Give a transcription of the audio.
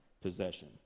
possession